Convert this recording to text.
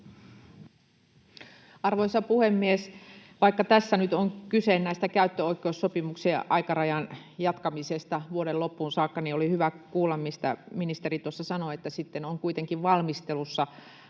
Arvoisa puhemies! Vaikka tässä nyt on kyse tästä käyttöoikeussopimuksien aikarajan jatkamisesta vuoden loppuun saakka, niin oli hyvä kuulla, mitä ministeri tuossa sanoi, että sitten on kuitenkin valmistelussa